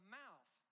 mouth